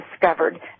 discovered